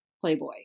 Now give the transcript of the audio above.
Playboy